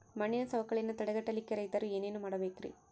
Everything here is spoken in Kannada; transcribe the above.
ಮಣ್ಣಿನ ಸವಕಳಿಯನ್ನ ತಡೆಗಟ್ಟಲಿಕ್ಕೆ ರೈತರು ಏನೇನು ಮಾಡಬೇಕರಿ?